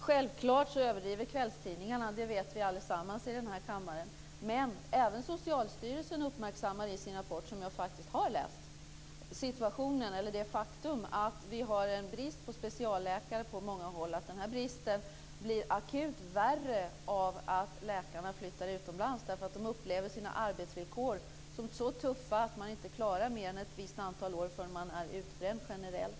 Fru talman! Självklart överdriver kvällstidningarna, det vet vi allesammans i den här kammaren, men även Socialstyrelsen uppmärksammar i sin rapport - som jag faktiskt har läst - det faktum att vi har en brist på specialläkare på många håll och att den här bristen blir akut värre av att läkarna flyttar utomlands därför att de upplever sina arbetsvillkor som så tuffa att man inte klarar mer än ett visst antal år förrän man är utbränd generellt.